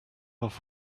off